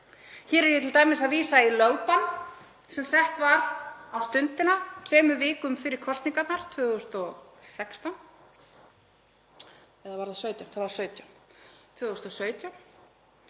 Hér er ég t.d. að vísa í lögbann sem sett var á Stundina tveimur vikum fyrir kosningarnar 2017